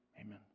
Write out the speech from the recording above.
Amen